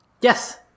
Yes